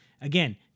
Again